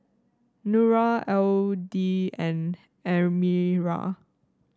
Nura Aidil and Amirah